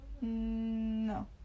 No